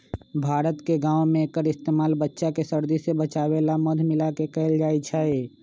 भारत के गाँव में एक्कर इस्तेमाल बच्चा के सर्दी से बचावे ला मध मिलाके कएल जाई छई